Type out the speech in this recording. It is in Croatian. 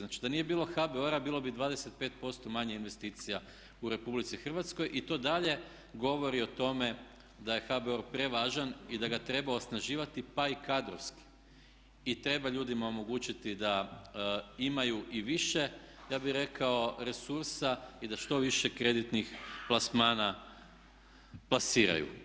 Znači da nije bilo HBOR-a bilo bi 25% manje investicija u RH i to dalje govori o tome da je HBOR prevažan i da ga treba osnaživati pa i kadrovski i treba ljudima omogućiti da imaju i više ja bih rekao resursa i da štoviše kreditnih plasmana plasiraju.